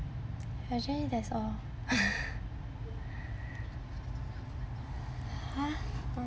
actually that's all